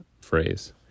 phrase